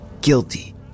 guilty